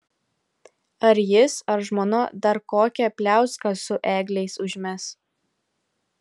ar jis ar žmona dar kokią pliauską su ėgliais užmes